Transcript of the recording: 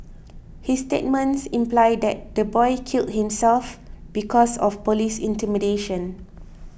his statements imply that the boy killed himself because of police intimidation